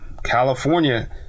California